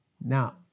Now